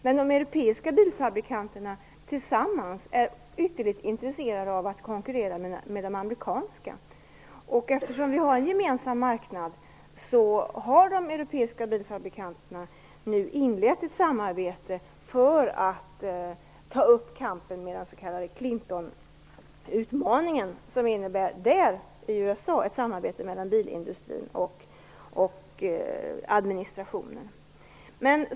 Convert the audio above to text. Men de europeiska bilfabrikanterna är tillsammans ytterligt intresserade av att konkurrera med de amerikanska. Eftersom vi har en gemensam marknad har de europeiska bilfabrikanterna nu inlett ett samarbete för att ta upp kampen med den s.k. Clintonutmaningen, som i USA innebär ett samarbete mellan bilindustrin och administrationen.